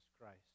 Christ